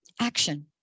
Action